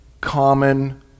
common